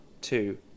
two